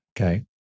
Okay